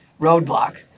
roadblock